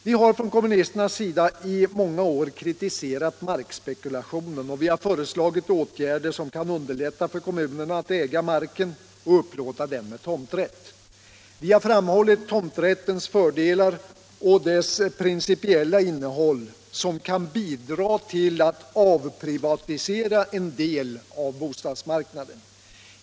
Vi har från kommunisternas sida i många år kritiserat markspekulationen och föreslagit åtgärder som kan underlätta för kommunerna att äga marken och upplåta den med tomträtt. Vi har framhållit tomträttens fördelar och dess principiella innehåll, som kan bidra till att avprivatisera en del av bostadsmarknaden.